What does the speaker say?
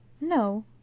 No